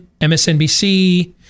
MSNBC